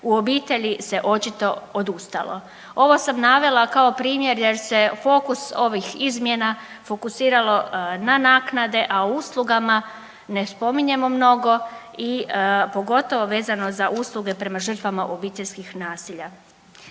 u obitelji se očito odustalo. Ovo sam navela kao primjer, jer se fokus ovih izmjena fokusiralo na naknade, a o uslugama ne spominjemo mnogo i pogotovo vezano za usluge prema žrtvama obiteljskih nasilja.